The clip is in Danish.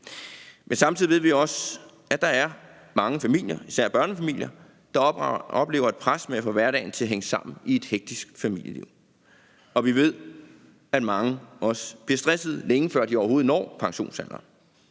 Men samtidig ved vi også, at der er mange familier, især børnefamilier, der oplever et pres for at få hverdagen til at hænge sammen i et hektisk familieliv, og vi ved, at mange også bliver stressede, længe før de overhovedet når pensionsalderen.